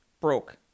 broke